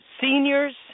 seniors